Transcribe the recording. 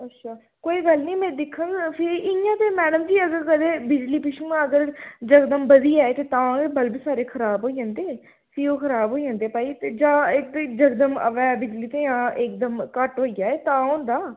अच्छा कोई गल्ल निं में दिक्खङ फ्ही इ'यां ते मैडम जी अगर कदें बिजली पिच्छुआं अगर यकदम बधी जाए ते तां गै बल्ब सारे खराब होई जंदे फ्ही ओह् खराब होई जंदे भाई ते जां इक जकदम आवै बिजली ते जां इक दम घट्ट होई जाए तां होंदा